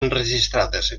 enregistrades